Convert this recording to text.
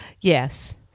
yes